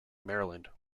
maryland